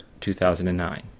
2009